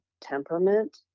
temperament